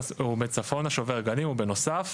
מצפון השובר גלים, הוא בנוסף.